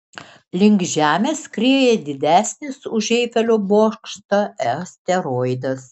link žemės skrieja didesnis už eifelio bokštą asteroidas